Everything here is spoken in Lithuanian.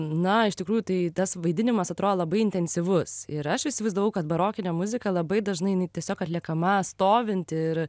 na iš tikrųjų tai tas vaidinimas atrodo labai intensyvus ir aš įsivaizdavau kad barokinė muzika labai dažnai jinai tiesiog atliekama stovint ir